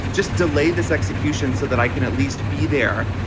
just delay this execution so that i can at least be there.